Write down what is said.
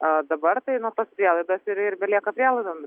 dabar tai nuo pat prielaidos ir ir belieka prielaidomis